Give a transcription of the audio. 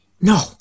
No